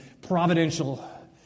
providential